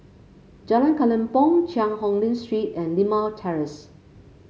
Jalan Kelempong Cheang Hong Lim Street and Limau Terrace